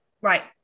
Right